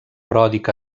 pròdig